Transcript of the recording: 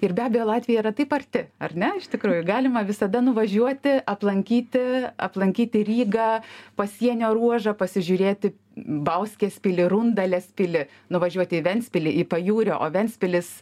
ir be abejo latvija yra taip arti ar ne iš tikrųjų galima visada nuvažiuoti aplankyti aplankyti rygą pasienio ruožą pasižiūrėti bauskės pilį rundalės pilį nuvažiuoti į ventspilį į pajūrį o ventspilis